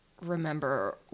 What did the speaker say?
remember